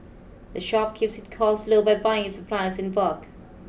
the shop keeps its costs low by buying its supplies in bulk